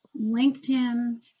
LinkedIn